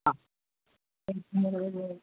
కొంచెం ఒక రోజు